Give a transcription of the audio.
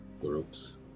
groups